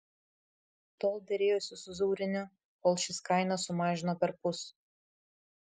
tol derėjosi su zauriniu kol šis kainą sumažino perpus